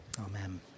amen